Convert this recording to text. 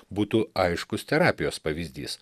būtų aiškus terapijos pavyzdys